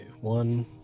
one